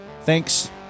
Thanks